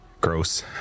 gross